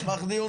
בסדר.